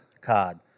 card